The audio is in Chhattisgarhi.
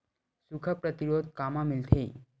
सुखा प्रतिरोध कामा मिलथे?